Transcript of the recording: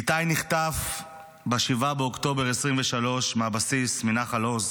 איתי נחטף ב-7 באוקטובר 2023 מהבסיס בנחל עוז